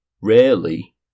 Rarely